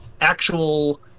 actual